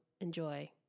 enjoy